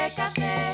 café